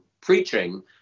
preaching